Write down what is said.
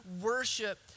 worship